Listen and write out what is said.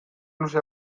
luze